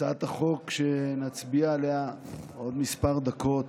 הצעת החוק שנצביע עליה עוד כמה דקות